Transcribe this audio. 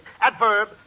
adverb